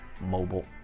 mobile